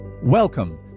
Welcome